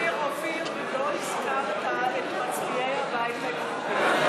אופיר, אופיר, לא הזכרת את מצביעי הבית היהודי.